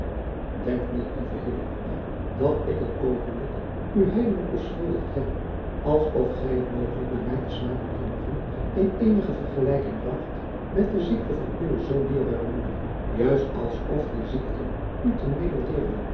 denk niet lieve hillegonda dat ik een oogenblik u heimelijk beschuldigd heb als of gij het mogelijk bij mij te smakken genoegen in eenige vergelijking bragt met de ziekte van uwe zoo dierbare moeder juist als of die ziekte u te meerder deerde